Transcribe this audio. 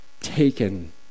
taken